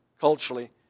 culturally